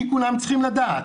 כי כולם צריכים לדעת,